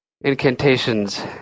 incantations